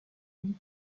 une